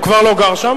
הוא כבר לא גר שם,